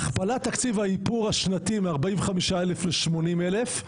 הכפלת תקציב האיפור השנתי מ-45,000 ל-80,000,